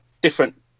different